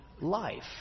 life